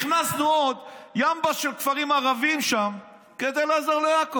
הכנסנו עוד ימבה של כפרים ערביים שם כדי לעזור לעכו,